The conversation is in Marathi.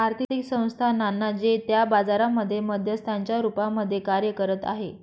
आर्थिक संस्थानांना जे त्या बाजारांमध्ये मध्यस्थांच्या रूपामध्ये कार्य करत आहे